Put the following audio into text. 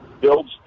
builds